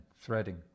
threading